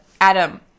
Adam